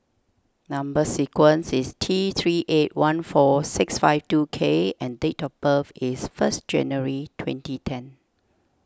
Number Sequence is T three eight one four six five two K and date of birth is first January twenty ten